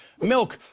milk